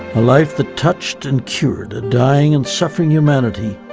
a life that touched and cured a dying and suffering humanity,